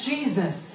Jesus